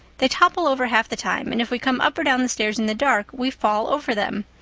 they topple over half the time and if we come up or down the stairs in the dark we fall over them.